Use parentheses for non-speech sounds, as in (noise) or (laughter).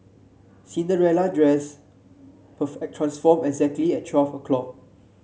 Cinderella dress (unintelligible) transformed exactly at twelve o'clock